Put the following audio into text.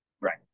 Right